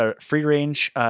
free-range